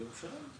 בירושלים גם.